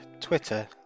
Twitter